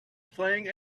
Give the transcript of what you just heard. playing